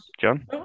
John